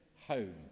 home